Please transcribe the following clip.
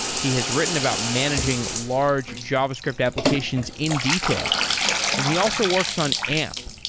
he has written about managing large javascript applications in detail and he also works on amp,